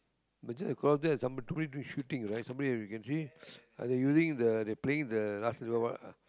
but just across that there is somebody to shooting right you can see are they using the they playing the ah what's